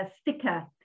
sticker